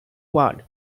one